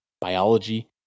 biology